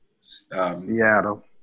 Seattle